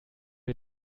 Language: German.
wir